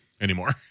anymore